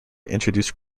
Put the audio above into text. introduce